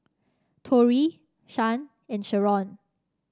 Torie Shan and Sheron